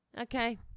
Okay